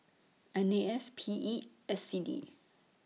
N A S P E S C D